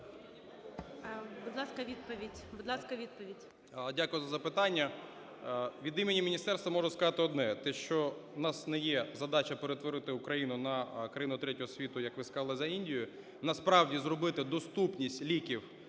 Дякую за запитання. Від імені міністерства можу сказати одне. Те, що у нас не є задача перетворити Україну на країну третього світу, як ви сказали за Індію, насправді зробити доступність ліків